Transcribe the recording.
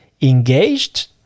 engaged